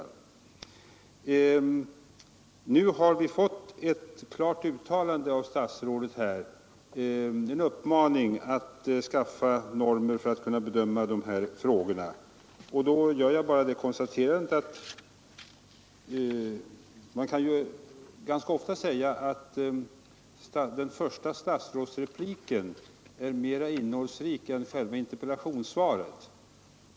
Nu har vi fått ett klart uttalande av statsrådet, med uppmaning att fastställa normer för en bedömning av de här frågorna. Därför gör jag bara det konstaterandet, att den första statsrådsrepliken ofta är mera innehållsrik än själva interpellationssvaret.